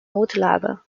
notlage